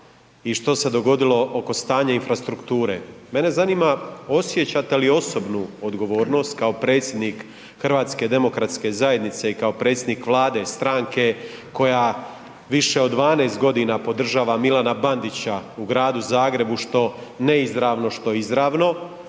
i što se dogodilo oko stanja infrastrukture. Mene zanima osjećate li osobnu odgovornost kao predsjednik HDZ-a i kao predsjednik vlade i stranke koja više od 12.g. podržava Milana Bandića u Gradu Zagrebu, što neizravno, što izravno?